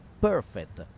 perfect